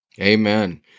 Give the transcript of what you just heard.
Amen